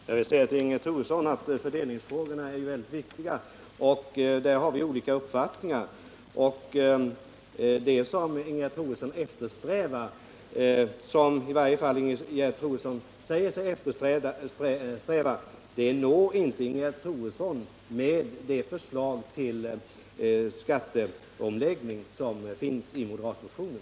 Herr talman! Jag vill säga till Ingegerd Troedsson att fördelningsfrågorna är mycket viktiga. Där har vi olika uppfattningar. Det som Ingegerd Troedsson eftersträvar, eller i varje fall säger sig eftersträva, kommer hon inte att nå med det förslag till skatteomläggning som finns i moderatmotionen.